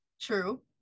true